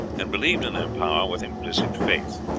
and believed in their power with implicit faith.